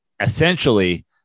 essentially